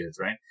right